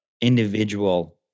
individual